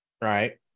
right